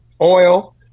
oil